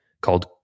called